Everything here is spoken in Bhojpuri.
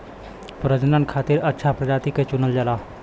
प्रजनन खातिर अच्छा प्रजाति के चुनल जाला